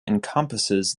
encompasses